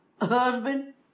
husband